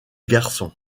garçons